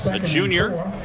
a junior.